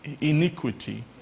iniquity